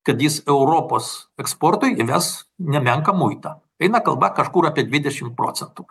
kad jis europos eksportui įves nemenką muitą eina kalba kažkur apie dvidešimt procentų